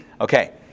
Okay